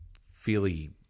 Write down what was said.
feely